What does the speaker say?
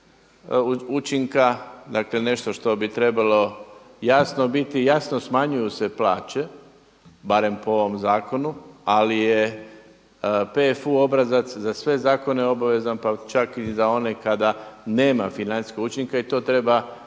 učinka, dakle nešto što bi trebalo jasno biti, jasno smanjuju se plaće barem po ovom zakonu ali je PFU obrazac za sve zakone obavezan pa čak i za one kada nema financijskog učinka i to treba napisati